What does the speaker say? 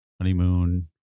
honeymoon